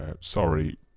Sorry